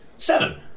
Seven